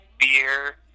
beer